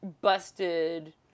busted